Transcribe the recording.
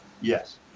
Yes